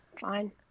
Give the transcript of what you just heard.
fine